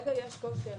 כרגע יש קושי.